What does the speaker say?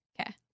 Okay